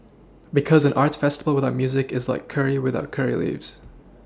because an arts festival without music is like curry without curry leaves